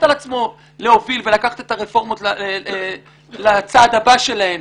על עצמו ולהוביל את הרפורמות לצעד הבא שלהן.